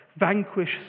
vanquish